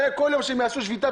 הרי כל יום שהם יעשו שביתה,